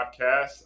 podcast